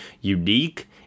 unique